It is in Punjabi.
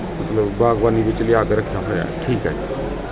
ਮਤਲਬ ਬਾਗਬਾਨੀ ਵਿੱਚ ਲਿਆ ਕੇ ਰੱਖਿਆ ਹੋਇਆ ਹੈ ਠੀਕ ਹੈ ਜੀ